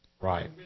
Right